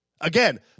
Again